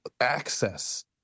access